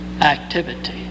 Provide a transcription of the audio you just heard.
activity